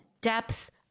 depth